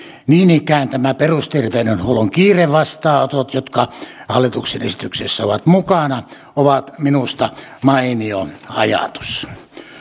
niin ikään nämä perusterveydenhuollon kiirevastaanotot jotka hallituksen esityksessä ovat mukana ovat minusta mainio ajatus